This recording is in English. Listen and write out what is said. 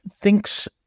thinks